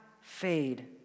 fade